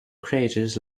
craters